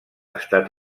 estat